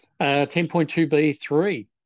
10.2B3